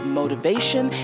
motivation